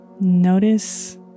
Notice